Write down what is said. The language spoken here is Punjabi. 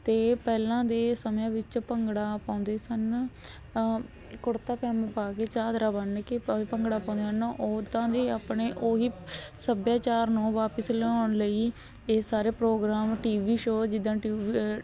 ਅਤੇ ਪਹਿਲਾਂ ਦੇ ਸਮਿਆਂ ਵਿੱਚ ਭੰਗੜਾ ਪਾਉਂਦੇ ਸਨ ਕੁੜਤਾ ਪਜਾਮਾ ਪਾ ਕੇ ਚਾਦਰਾ ਬੰਨ੍ਹ ਕੇ ਭੰ ਭੰਗੜਾ ਪਾਉਂਦੇ ਹਨ ਓਦਾਂ ਦੇ ਆਪਣੇ ਉਹੀ ਸੱਭਿਆਚਾਰ ਨੂੰ ਵਾਪਸ ਲਿਆਉਣ ਲਈ ਇਹ ਸਾਰੇ ਪ੍ਰੋਗਰਾਮ ਟੀ ਵੀ ਸ਼ੋ ਜਿੱਦਾ ਟਿਊ